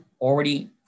already